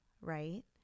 right